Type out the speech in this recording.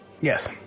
Yes